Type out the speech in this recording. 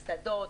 קסדות,